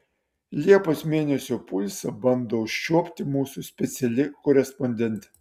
liepos mėnesio pulsą bando užčiuopti mūsų speciali korespondentė